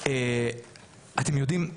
אתם יודעים,